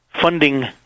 funding